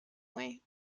way